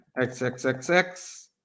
XXXX